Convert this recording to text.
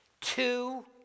Two